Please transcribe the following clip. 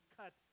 cut